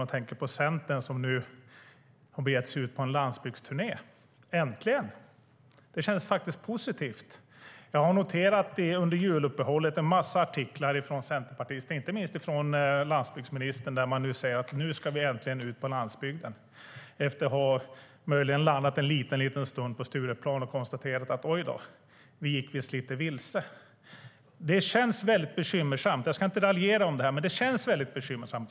Jag tänker på Centern, som nu har begett sig ut på en landsbygdsturné. Äntligen! Det känns faktiskt positivt. Jag har under juluppehållet noterat att det varit en massa artiklar från centerpartister, inte minst från landsbygdsministern, där man säger att man nu äntligen ska ut på landsbygden. Det säger man efter att man möjligen har landat en liten stund på Stureplan och konstaterat: Oj då, vi gick visst lite vilse. Jag ska inte raljera över det här, men det känns väldigt bekymmersamt.